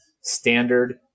standard